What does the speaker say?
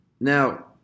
Now